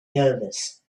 nervous